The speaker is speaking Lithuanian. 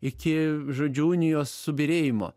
iki žodžiu unijos subyrėjimo